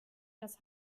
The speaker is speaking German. das